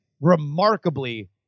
remarkably